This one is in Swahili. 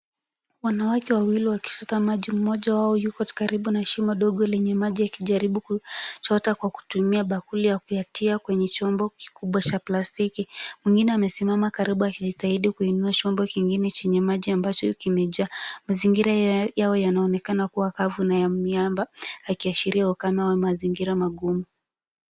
Wanawake wawili wakichota maji. Mmoja wao yuko karibu na shimo dogo lenye maji akijaribu kuchota kwa kutumia bakuli na kuyatia kwenye chombo kikubwa cha plastiki. Mwingine amesimama karibu akijitahidi kuinua chombo kingine chenye maji ambacho kimejaa. Mazingira yao yanaonekana kuwa kavu na ya miamba yakiashiria ukame wa mazingira magumu.